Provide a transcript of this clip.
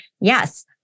yes